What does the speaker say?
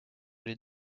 les